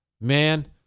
Man